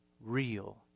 real